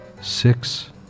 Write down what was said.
Six